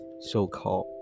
so-called